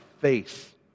face